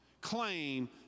claim